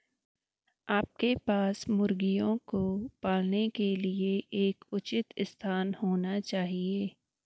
आपके पास मुर्गियों को पालने के लिए एक उचित स्थान होना चाहिए